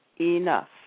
enough